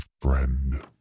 friend